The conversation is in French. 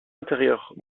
intérieurs